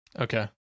okay